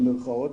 במירכאות,